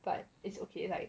but it's okay like